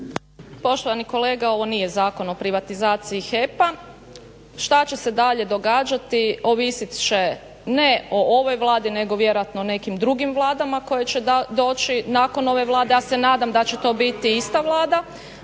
Poštovani kolega, ovo nije Zakon o privatizaciji HEP-a. Šta će se dalje događati ovisit će ne o ovoj Vladi nego vjerojatno o nekim drugim Vladama koje će doći nakon ove Vlade. Ja se nadam da će to biti ista Vlada